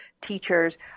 teachers